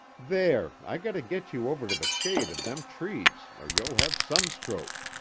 there! i gotta git you over to the shade of them trees, or you'll have sunstroke.